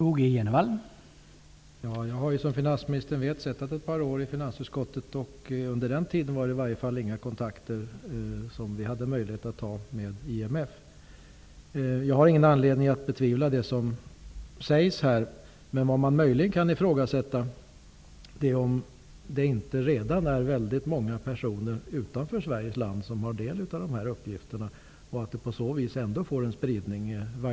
Herr talman! Som finansministern vet har jag suttit i finansutskottet i ett par år. Under den tiden hade vi inte möjlighet till några kontakter med IMF. Jag har ingen anledning att betvivla det som sägs här, men jag ifrågasätter om det inte redan är många personer utanför Sveriges land som får del av dessa uppgifter och att de på så vis får en spridning.